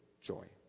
joy